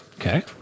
okay